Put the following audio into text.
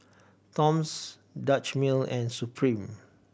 Toms Dutch Mill and Supreme